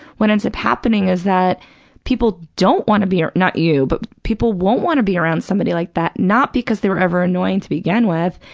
what ends up happening is that people don't want to be, not you, but people won't want to be around somebody like that, not because they were ever annoying to begin with.